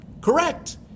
correct